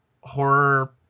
horror